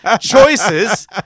choices